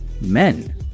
men